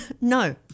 No